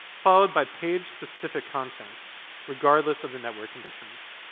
followed by page-specific content regardless of the network conditions.